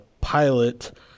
pilot